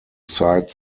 side